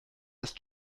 ist